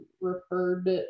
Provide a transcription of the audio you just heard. referred